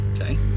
Okay